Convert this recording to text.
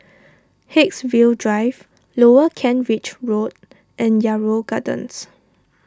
Haigsville Drive Lower Kent Ridge Road and Yarrow Gardens